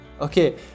Okay